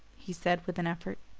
he said with an effort.